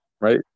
right